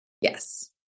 Yes